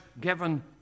given